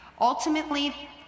ultimately